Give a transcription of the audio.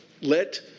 let